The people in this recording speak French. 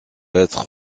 être